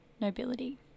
Nobility